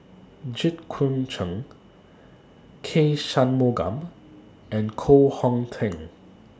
Jit Koon Ch'ng K Shanmugam and Koh Hong Teng